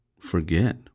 Forget